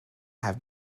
have